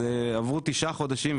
אז עברו תשעה חודשים.